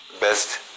best